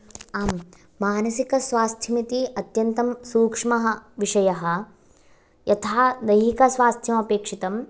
आं मानसिकस्वास्वास्थ्यमिति अत्यन्तं सूक्ष्मः विषयः यथा दैहिकस्वास्थ्यमपेक्षितं